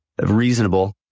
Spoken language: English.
reasonable